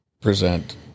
present